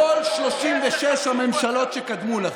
בכל 36 הממשלות שקדמו לכם,